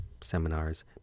seminars